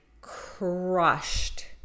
crushed